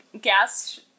gas